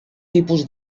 tipus